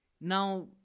now